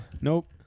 Nope